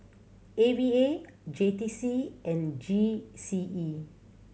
A V A J T C and G C E